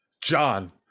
John